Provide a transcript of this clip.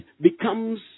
becomes